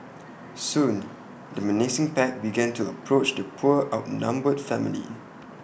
soon the menacing pack began to approach the poor outnumbered family